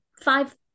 five